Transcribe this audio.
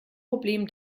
problem